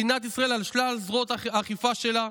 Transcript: מדינת ישראל, על שלל זרועות האכיפה שלה,